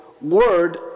word